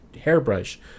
hairbrush